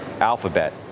Alphabet